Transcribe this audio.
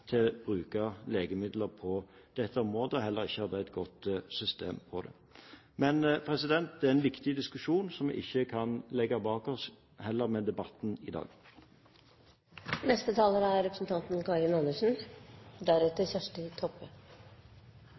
til å bruke legemidler på dette området og heller ikke hadde et godt system på det. Men dette er en viktig diskusjon som vi ikke kan legge bak oss, heller ikke med debatten i dag.